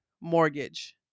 mortgage